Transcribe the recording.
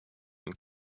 and